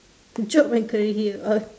job and career o~